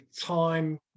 time